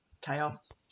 Chaos